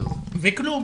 וכלום